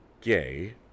gay